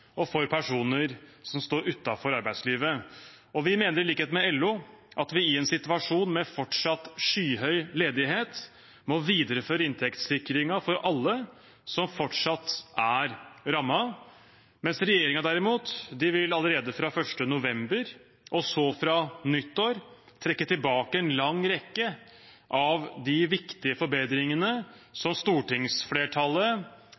og for personer som står utenfor arbeidslivet. Vi mener i likhet med LO at vi i en situasjon med fortsatt skyhøy ledighet må videreføre inntektssikringen for alle som fortsatt er rammet. Regjeringen vil derimot allerede fra 1. november og så fra nyttår trekke tilbake en lang rekke av de viktige forbedringene